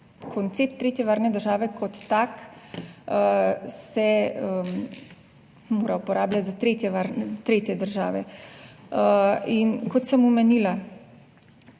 koncept tretje varne države kot tak se mora uporabljati za tretje države. In kot sem omenila,